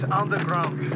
underground